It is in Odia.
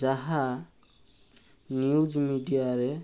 ଯାହା ନ୍ୟୁଜ୍ ମିଡ଼ିଆରେ